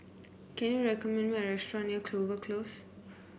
can you recommend me a restaurant near Clover Close